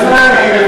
תם הזמן.